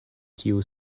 tiu